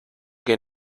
que